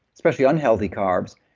especially unhealthy carbs,